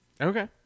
Okay